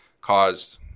caused